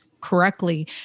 correctly